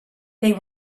they